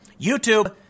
YouTube